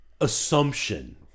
assumption